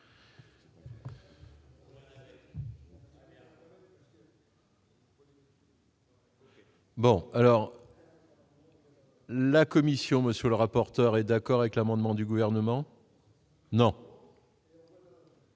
Bon alors. La Commission, monsieur le rapporteur, est d'accord avec l'amendement du gouvernement. Non